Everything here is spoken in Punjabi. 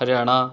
ਹਰਿਆਣਾ